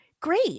great